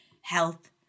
health